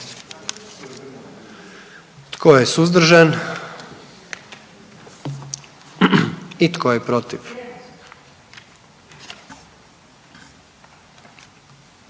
Tko je suzdržan? I tko je protiv?